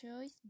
choice